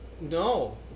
No